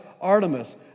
Artemis